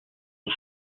aux